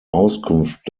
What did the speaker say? auskunft